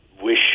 wish